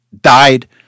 died